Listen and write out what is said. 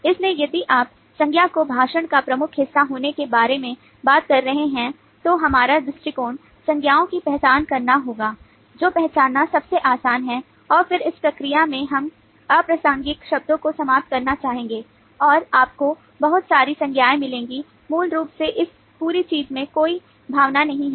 इसलिए यदि आप संज्ञा को भाषण का प्रमुख हिस्सा होने के बारे में बात कर रहे हैं तो हमारा दृष्टिकोण संज्ञाओं की पहचान करना होगा जो पहचानना सबसे आसान है और फिर इस प्रक्रिया में हम अप्रासंगिक शब्दों को समाप्त करना चाहेंगे और आपको बहुत सारी संज्ञाएं मिलेंगी मूल रूप से इस पूरी चीज़ में कोई भावना नहीं है